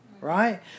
right